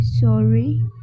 Sorry